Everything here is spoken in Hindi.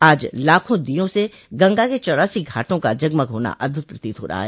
आज लाखों दीयों से गंगा के चौरासी घाटों का जगमग होना अद्भुत प्रतीत हो रहा है